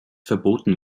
verboten